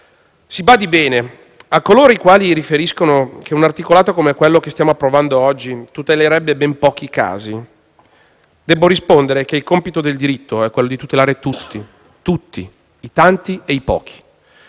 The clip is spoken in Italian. Si badi bene, a coloro i quali riferiscono che un articolato come quello che stiamo approvando oggi tutelerebbe ben pochi casi, debbo rispondere che il compito del diritto è quello di tutelare tutti, i tanti e i pochi.